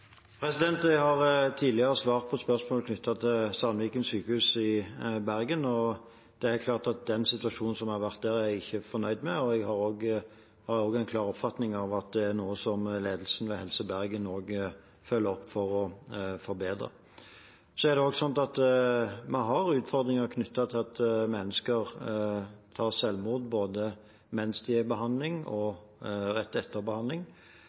Jeg har tidligere svart på spørsmål knyttet til Sandviken sykehus i Bergen, og det er helt klart at den situasjonen som har vært der, er jeg ikke fornøyd med. Jeg har også en klar oppfatning av at det er noe som ledelsen ved Helse Bergen følger opp for å forbedre. Så er det også slik at vi har utfordringer knyttet til at mennesker begår selvmord både mens de er i behandling og rett etter behandling.